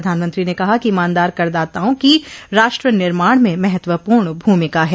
प्रधानमंत्री ने कहा कि ईमानदार करदाताओं की राष्ट्र निर्माण में महत्वपूर्ण भूमिका है